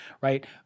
right